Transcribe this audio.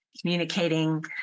communicating